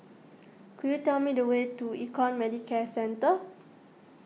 could you tell me the way to Econ Medicare Centre